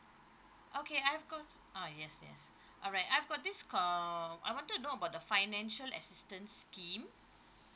okay I've got uh yes yes alright I've got this uh I wanted to know about the financial assistance scheme